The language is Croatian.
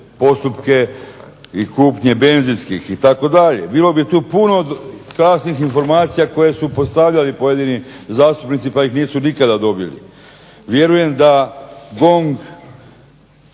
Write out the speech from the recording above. postupke i kupnje benzinskih itd. Bilo bi tu puno krasnih informacija koje su postavljali pojedini zastupnici pa ih nisu nikada dobili. Vjerujem da GONG